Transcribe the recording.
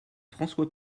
françois